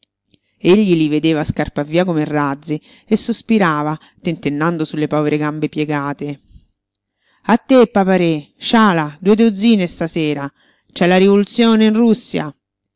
direzioni egli li vedeva scappar via come razzi e sospirava tentennando sulle povere gambe piegate a te papa-re sciala due dozzine stasera c'è la rivoluzione in russia